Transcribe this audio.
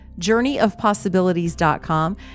journeyofpossibilities.com